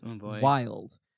wild